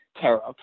tariff